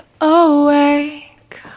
awake